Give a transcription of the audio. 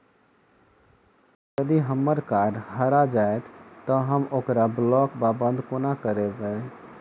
यदि हम्मर कार्ड हरा जाइत तऽ हम ओकरा ब्लॉक वा बंद कोना करेबै?